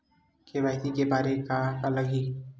KYC करे बर का का लगही?